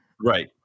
Right